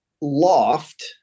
loft